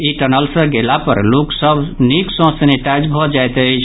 ई tunnel सँ गेला पर लोक सभ निक सँ सेनिटाइज भऽ जायत अछि